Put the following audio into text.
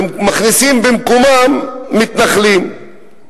מכניסים במקומם מתנחלים.